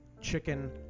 chicken